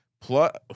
plus